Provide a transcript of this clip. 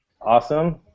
Awesome